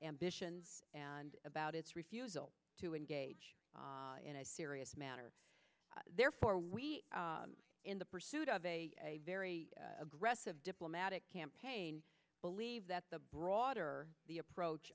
ambitions and about its refusal to engage in a serious manner therefore we in the pursuit of a very aggressive diplomatic campaign believe that the broader the approach